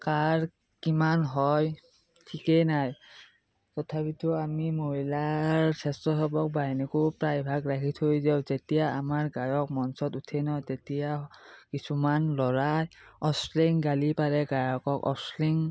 কাৰ কিমান হয় ঠিকেই নাই তথাপিতো আমি মহিলাৰ স্বেচ্ছাসেৱক বাহিনীকো প্ৰায়ভাগ ৰাখি থৈ দেওঁ যেতিয়া আমাৰ গায়ক মঞ্চত উঠে নহয় তেতিয়া কিছুমান ল'ৰাই অশ্লীল গালি পাৰে গায়কক অশ্লীল